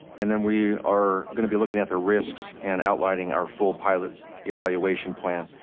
and then we are going to be looking at the risks and outlining our full pilot evaluation plan.